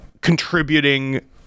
contributing